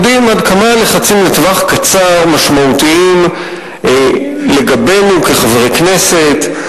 יודעים עד כמה הלחצים לטווח קצר משמעותיים לגבינו כחברי כנסת,